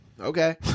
okay